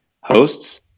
hosts